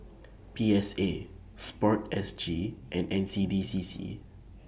P S A Sport S G and N C D C C